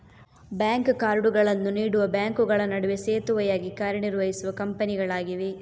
bank ಕಾರ್ಡುಗಳನ್ನು ನೀಡುವ ಬ್ಯಾಂಕುಗಳ ನಡುವೆ ಸೇತುವೆಯಾಗಿ ಕಾರ್ಯ ನಿರ್ವಹಿಸುವ ಕಂಪನಿಗಳಾಗಿವೆ